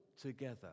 together